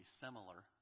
similar